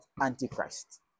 Antichrist